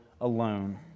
alone